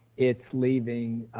it's leaving,